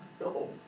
no